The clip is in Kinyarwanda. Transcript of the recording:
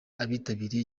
abitabiriye